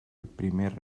primer